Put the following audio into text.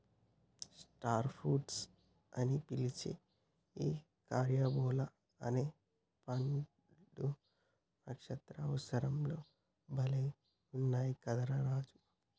star fruits అని పిలిచే ఈ క్యారంబోలా అనే పండ్లు నక్షత్ర ఆకారం లో భలే గున్నయ్ కదా రా రాజు